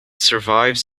survives